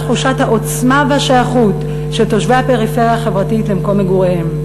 תחושת העוצמה והשייכות של תושבי הפריפריה החברתית למקום מגוריהם.